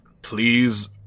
Please